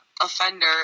offender